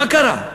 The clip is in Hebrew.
מה קרה?